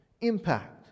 impact